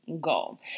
goal